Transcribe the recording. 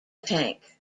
tank